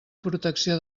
protecció